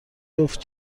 جفت